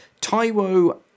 Taiwo